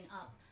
up